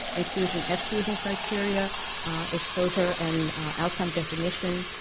inclusion exclusion criteria exposure and outcome definition,